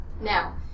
Now